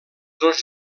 dos